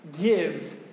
gives